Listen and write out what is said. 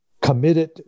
committed